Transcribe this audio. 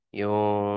yung